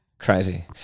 Crazy